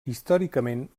històricament